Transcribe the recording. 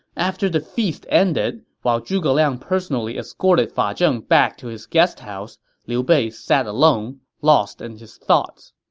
after the feast ended, while zhuge liang personally escorted fa zheng back to his guest house, liu bei sat alone, lost in his thoughts.